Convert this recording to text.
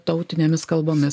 tautinėmis kalbomis